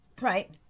right